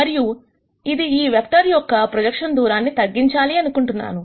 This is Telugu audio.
మరియు ఇది ఈ వెక్టర్ యొక్క ప్రొజెక్షన్ దూరాన్ని తగ్గించాలి అనుకుంటున్నాను